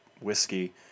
whiskey